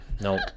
no